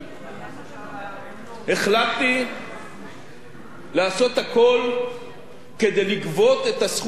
החלטתי לעשות הכול כדי לגבות את הסכום המקסימלי האפשרי